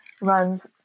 runs